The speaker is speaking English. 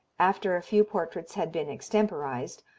after a few portraits had been extemporized,